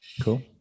cool